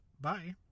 Bye